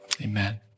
Amen